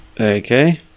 Okay